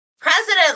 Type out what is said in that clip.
President